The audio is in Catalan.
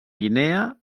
guinea